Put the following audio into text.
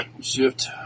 Shift